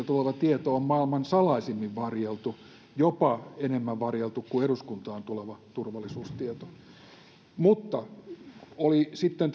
tuleva tieto on maailman salaisimmin varjeltua jopa enemmän varjeltua kuin eduskuntaan tuleva turvallisuustieto olivat sitten